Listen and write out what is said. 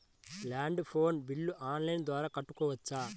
Land phone bill online ద్వారా కట్టుకోవచ్చు?